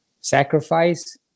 Sacrifice